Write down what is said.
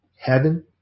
heaven